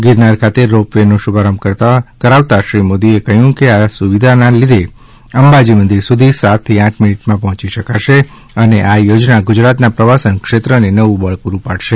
ગીરનાર ખાતે ropeway શુભારંભ કરાવતાં શ્રી મોદીએ કહયું કે આ સુવિધાના લીધે અંબાજી મંદીર સુધી સાત થી આઠ મીનીટમાં પહોંચી શકાશે અને આ યોજના ગુજરાતના પ્રવાસન ક્ષેત્રને નવું બળ પુરું પાડશે